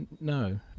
No